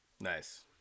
Nice